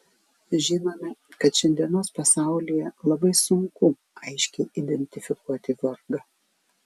žinome kad šiandienos pasaulyje labai sunku aiškiai identifikuoti vargą